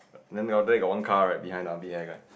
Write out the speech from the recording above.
then there after that got one car right behind the armpit hair guy